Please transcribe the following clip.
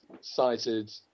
cited